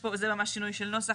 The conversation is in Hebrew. זה ממש שינוי של נוסח.